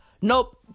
Nope